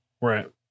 Right